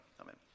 Amen